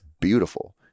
beautiful